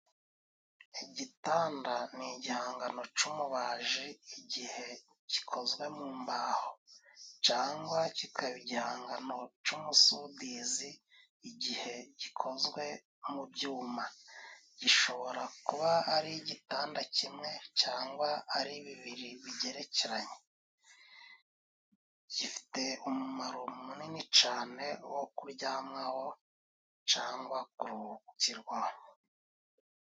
Igitanda ni igihangano c'umubaji igihe gikozwe mu mbaho. Cangwa kikaba igihangano c'umusudizi igihe gikozwe mu byuma. Gishobora kuba ari igitanda kimwe cangwa ari bibiri bigerekeranye. Gifite umumaro munini cane wo kuryamwaho cangwa kuruhukirwaho.